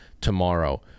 tomorrow